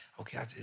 okay